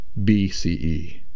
BCE